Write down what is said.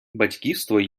батьківство